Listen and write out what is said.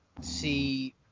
see